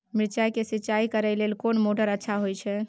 मिर्चाय के सिंचाई करे लेल कोन मोटर अच्छा होय छै?